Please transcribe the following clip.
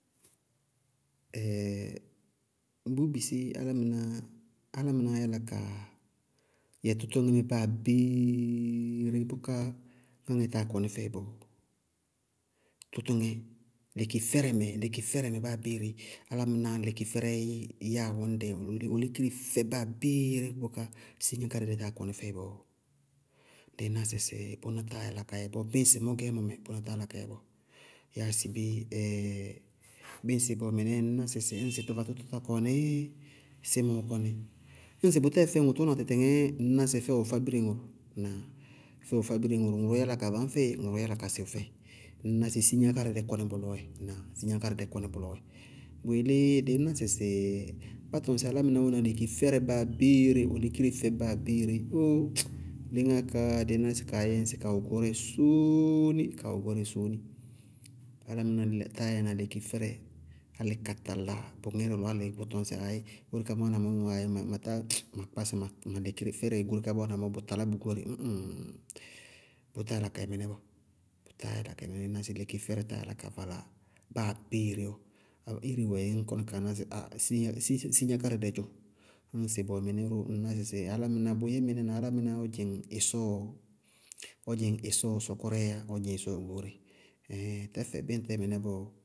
ŋ bʋʋ bisí álámɩnáá, álámɩnáá yála ka yɛ tʋtʋŋɛɛ mɛ báa abéeré bʋká ŋáŋɛ táa kɔní fɛɩ bɔɔ? Tʋtʋŋɛɛ lekifɛrɛ mɛ lekifɛrɛ lekifɛrɛ mɛ báa abéeré, álámɩná lekifɛrɛ yáa ɔñdɛ, ɔ lékire fɛ báa abéeré bʋká báa ire siŋákáridɛ táa kɔní fɛɩ bɔɔ? Dɩí ná sɩsɩ bʋná táa yála ka yɛ bɔɔ, bíɩ ŋsɩ mʋ gɛɛmɔ mɛ, bʋná táa yála ka yɛ bɔɔ, yáa sɩ bé? bíɩ ŋsɩ bʋmɛ nɛ ŋñná sɩsɩ bíɩ sɩ tʋvatʋtʋtɔ tá kɔnɩí, símɔɔ kɔní. Ñŋsɩ bʋtá fɛ mʋ tʋna tɩtɩŋɛɛ ŋñná ŋsɩ fɛ ɔɔfábire ŋʋrʋ, ŋñná ɔɔfá- ɔɔfábire ŋʋrʋʋ yála ka baŋ fɛɩ, ŋʋrʋʋ yála ka sɩwʋ fɛɩ, ŋñná sɩ siŋákáridɛ kɔní bʋlɔɔ wɛ, ŋñná siŋákáridɛ kɔní bʋlɔɔ wɛ. Bʋyelé dɩí ná sɩsɩ bá tɔŋ sɩ álámɩná wɛná lekifɛrɛ báa abéeré, ɔ lékire fɛ báa abéeré, óó, léŋáa ká, dɩí ná sɩ kaá yɛ ŋsɩ kawɛ gɔɔrɛ sóóni, kawɛ gɔɔrɛ sóóni, álámɩná lé táa yɛná lékiredɛrɛ álɩ ka tala bʋ ŋírɛ lɔ álɩ ɔ tɔŋ sɩ aayí goóre kaá má wáana mɔɔ mɔ, ma kpá sɩ ma lékire fɛɛrɛ goóre kaá bʋ wáana mɔɔ bʋ talá bʋ goóre, ñ ŋ. Bʋtáa yála ka yɛ mɩnɛ bɔɔ, bʋtáa yála ka yɛ mɩnɛ bɔɔ, ŋñná sɩ lekifɛrɛ táa yála ka vala báa abéeré bɔɔ. Ire wɛ ŋñ yála ka ná sɩ ah signá- signákárídɛ dzʋʋ. Ñŋsɩ bʋwɛ mɩnɛ ró ŋñná sɩsɩ álámɩná, bʋʋ yɛ nmɩnɛ na álámɩná ɔ dzɩŋ ɩsɔɔ, ɔ dzɩŋ ɩsɔɔ sɔkɔrɛɛ yá, ɔ dzɩŋ ɩsɔɔ goóre, ɩɩɩŋ tɛfɛ bíɩ ŋtɛɛ mɩnɛ bɔɔ.